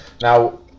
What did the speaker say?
Now